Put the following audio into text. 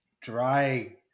dry